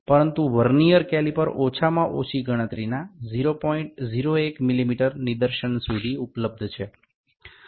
তবে vernier calliper ন্যূনতম গণনা ০০১ মিমি অবধি পাওয়া যায়